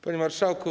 Panie Marszałku!